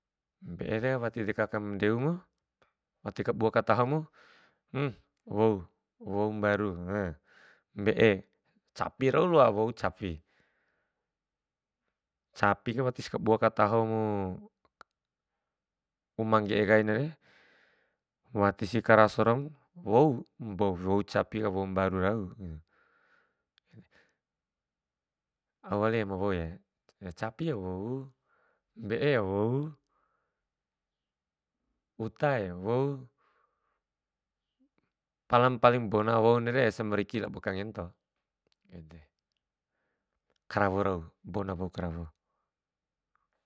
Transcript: Mbe'e re wati deka kan deumu, wati kabua katahomu um wou, wou mbaru mbe'e. Capi rau loa wou capi, capi ka tis kabua katahomu uma rangge'e kainare, watis karaso raum wou de waou capi ka wou mbaru rau. Au wali ma wou ya, capi ka ya wou, mbe'e ya wou, uta ya wou, pala ma paling bona wou nare samriki lao kangento, ede, karawo rau bona wou karawo.